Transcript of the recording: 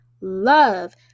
love